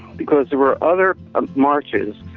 because there were other ah marches